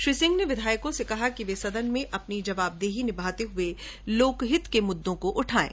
श्री सिंह ने विधायकों से कहा कि वे सदन में अपनी जवाबदेही निभाते हये लोकहित के मुददों को उठायें